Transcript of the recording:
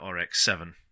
RX-7